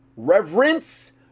reverence